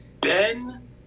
Ben